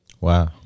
wow